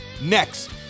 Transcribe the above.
Next